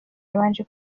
yabanje